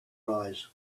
eyes